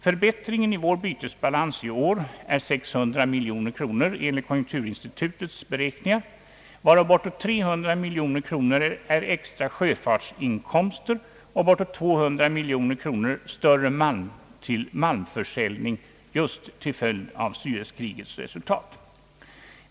Förbättringen av vår bytesbalans i år är 600 miljoner kronor enligt konjunkturinstitutets beräkningar, varav bortåt 300 miljoner kronor är extra sjöfartsinkomster och bortåt 200 miljoner kronor större malmförsäljning just till följd av Suezkrigets resultat.